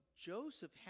Joseph